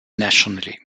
nationally